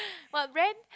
what brand